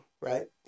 right